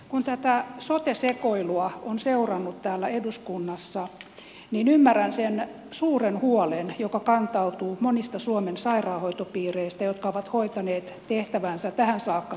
kun tätä sote sekoilua on seurannut täällä eduskunnassa niin ymmärrän sen suuren huolen joka kantautuu monista suomen sairaanhoitopiireistä jotka ovat hoitaneet tehtävänsä tähän saakka kiitettävästi